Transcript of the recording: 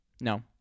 No